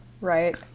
Right